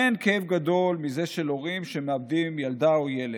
אין כאב גדול מזה של הורים שמאבדים ילדה או ילד.